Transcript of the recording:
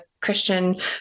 christian